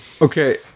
Okay